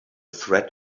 threat